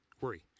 worry